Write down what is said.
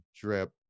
drip